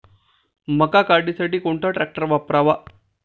मका काढणीसाठी कोणता ट्रॅक्टर वापरावा?